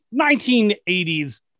1980s